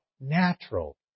natural